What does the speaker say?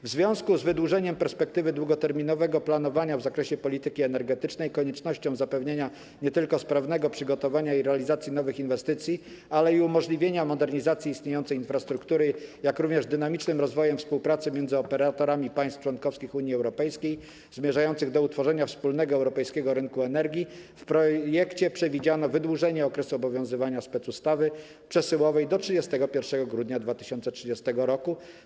W związku z wydłużeniem perspektywy długoterminowego planowania w zakresie polityki energetycznej, koniecznością nie tylko zapewnienia sprawnego przygotowania i realizacji nowych inwestycji, ale i umożliwienia modernizacji istniejącej infrastruktury, jak również dynamicznym rozwojem współpracy między operatorami państw członkowskich Unii Europejskiej zmierzających do utworzenia wspólnego europejskiego rynku energii w projekcie przewidziano wydłużenie okresu obowiązywania specustawy przesyłowej do 31 grudnia 2030 r.